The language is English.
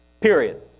Period